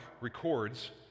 records